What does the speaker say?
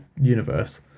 universe